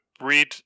read